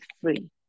free